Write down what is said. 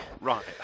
Right